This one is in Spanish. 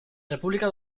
república